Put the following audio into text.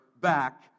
back